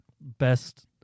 best